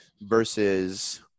versus